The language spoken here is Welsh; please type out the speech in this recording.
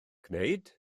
gwneud